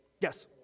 Yes